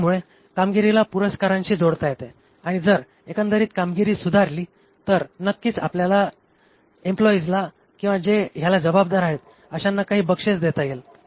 यामुळे कामगिरीला पुरस्कारांशी जोडता येते आणि जर एकंदरीत कामगिरी सुधारली तर नक्कीच आपल्याला इम्प्लोयीजला किंवा जे ह्याला जबाबदार आहेत अशांना काही बक्षीस देता येईल